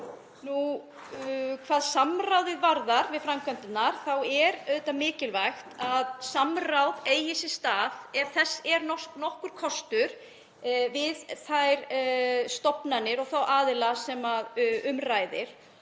Hvað samráðið varðar við framkvæmdirnar er auðvitað mikilvægt að samráð eigi sér stað ef þess er nokkur kostur við þær stofnanir og þá aðila sem um ræðir.